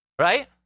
Right